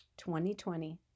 2020